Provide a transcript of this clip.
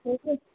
ठीक है